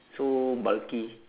so bulky